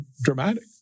dramatic